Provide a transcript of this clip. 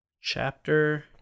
Chapter